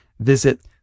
visit